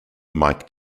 mike